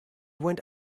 went